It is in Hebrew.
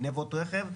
גניבות רכב.